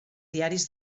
diaris